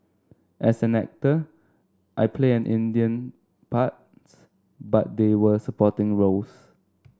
as an actor I played an Indian parts but they were supporting roles